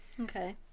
okay